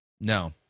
No